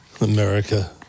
America